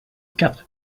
quatre